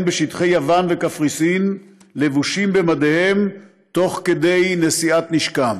בשטחי יוון וקפריסין לבושים במדיהם תוך כדי נשיאת נשקם.